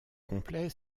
complet